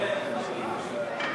ההצעה להסיר